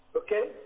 okay